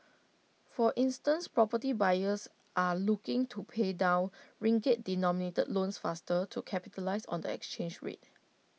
for instance property buyers are looking to pay down ringgit denominated loans faster to capitalise on the exchange rate